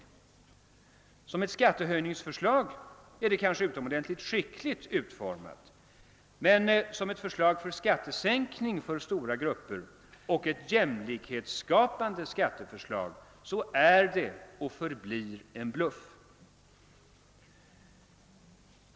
Såsom ett skattehöjningsförslag är det kanske utomordentligt skickligt utformat men såsom ett förslag för skattesänkning för stora grupper och såsom en jämlikhetsskapande reform är och förblir det en bluff.